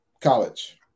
College